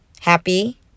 Happy